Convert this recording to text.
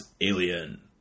Alien